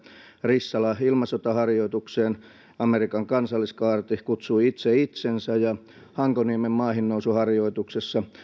rissalan ilmasotaharjoitukseen amerikan kansalliskaarti kutsui itse itsensä ja hankoniemen maihinnousuharjoituksessa